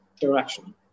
direction